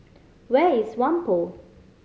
where is Whampoa